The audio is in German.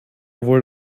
wohl